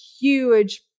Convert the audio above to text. huge